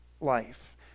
life